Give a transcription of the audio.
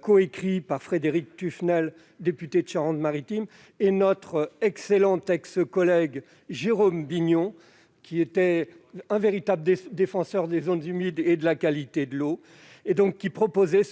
coécrit par Frédérique Tuffnell, députée de Charente-Maritime, et notre excellent ancien collègue Jérôme Bignon, qui était un véritable défenseur des zones humides et de la qualité de l'eau. Ce